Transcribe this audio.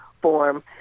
form